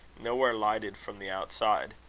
nowhere lighted from the outside.